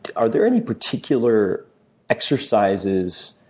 are there any particular exercises